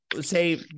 say